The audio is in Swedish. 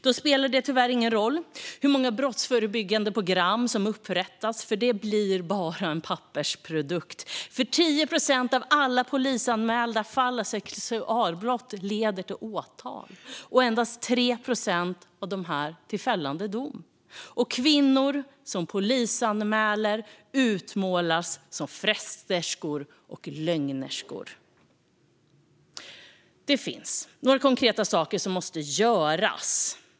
Då spelar det tyvärr ingen roll hur många brottsförebyggande program som upprättas, för det blir bara pappersprodukter. Bara 10 procent av alla polisanmälda fall av sexualbrott leder till åtal och endast 3 procent till fällande dom. Och kvinnor som polisanmäler utmålas som fresterskor och lögnerskor. Det finns några konkreta saker som måste göras.